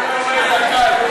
כן.